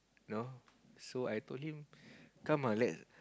you know so I told him come lah let